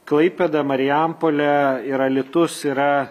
klaipėda marijampolė ir alytus yra